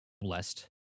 blessed